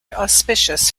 auspicious